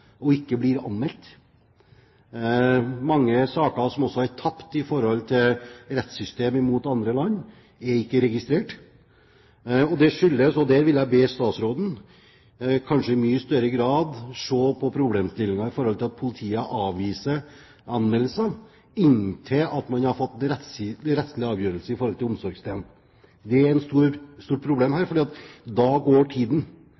og ikke blir anmeldt, og mange saker som er tapt i rettssystemet mot andre land, er ikke registrert. Der vil jeg be statsråden i mye større grad se på problemstillingen knyttet til at politiet avviser anmeldelser inntil man har fått rettslig avgjørelse om omsorgsdelen. Det er et stort problem, for da går tiden. I forhold til Haagkonvensjonen er det